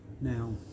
Now